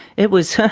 it was,